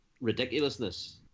ridiculousness